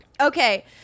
Okay